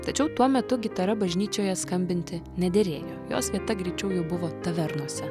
tačiau tuo metu gitara bažnyčioje skambinti nederėjo jos vieta greičiau jau buvo tavernose